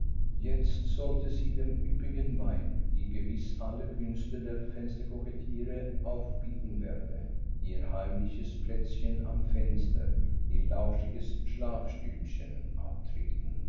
jetzt sollte sie dem üppigen weib die gewiß alle künste der fensterkoketterie aufbieten werde ihr heimliches plätzchen am fenster ihr lauschiges schlafstübchen abtreten